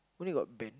only got band